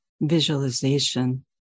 visualization